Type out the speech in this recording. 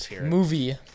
movie